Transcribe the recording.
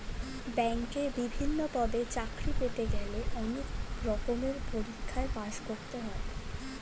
ব্যাংকে বিভিন্ন পদে চাকরি পেতে গেলে অনেক রকমের পরীক্ষায় পাশ করতে হয়